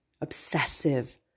obsessive